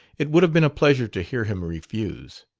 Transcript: it would have been a pleasure to hear him refuse.